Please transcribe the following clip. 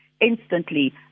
instantly